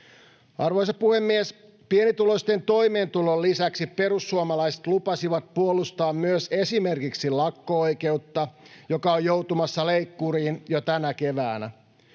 Arvoisa puhemies! Pienituloisten toimeentulon lisäksi perussuomalaiset lupasivat puolustaa myös esimerkiksi lakko-oikeutta, joka on joutumassa leikkuriin jo tänä keväänä.